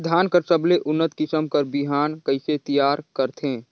धान कर सबले उन्नत किसम कर बिहान कइसे तियार करथे?